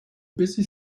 busy